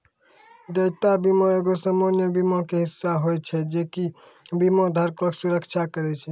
देयता बीमा एगो सामान्य बीमा के हिस्सा होय छै जे कि बीमा धारको के सुरक्षा करै छै